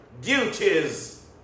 duties